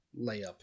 layup